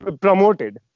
promoted